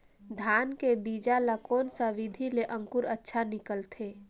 धान के बीजा ला कोन सा विधि ले अंकुर अच्छा निकलथे?